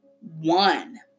One